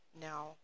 now